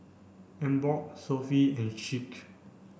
Emborg Sofy and Schick